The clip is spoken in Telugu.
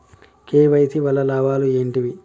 కే.వై.సీ వల్ల లాభాలు ఏంటివి?